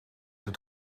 het